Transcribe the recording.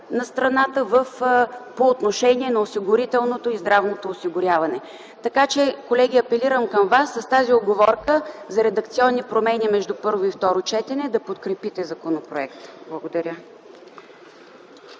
на страната по отношение на осигурителното и здравното осигуряване. Колеги, апелирам към Вас, с тази уговорка за редакционни промени между първо и второ четене, да подкрепите законопроекта. Благодаря.